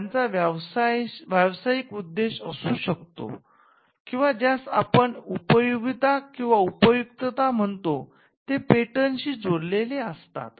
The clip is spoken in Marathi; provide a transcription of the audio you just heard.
त्यांचा व्यावसायिक उद्देश असू शकतो किंवा ज्यास आपण उपयोगिता किंवा उपयुक्तता म्हणतो ते पेटंटशी जोडलेले असतात